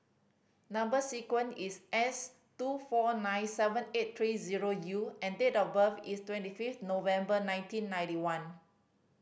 number sequence is S two four nine seven eight three zero U and date of birth is twenty fifth November nineteen ninety one